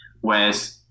whereas